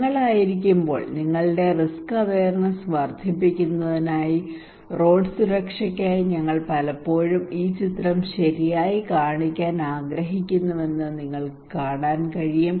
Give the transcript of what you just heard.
ഞങ്ങൾ ആയിരിക്കുമ്പോൾ നിങ്ങളുടെ റിസ്ക് അവർനെസ് വർധിപ്പിക്കുന്നതിനായി റോഡ് സുരക്ഷയ്ക്കായി ഞങ്ങൾ പലപ്പോഴും ഈ ചിത്രം ശരിയായി കാണിക്കാൻ ആഗ്രഹിക്കുന്നുവെന്ന് നിങ്ങൾക്ക് കാണാൻ കഴിയും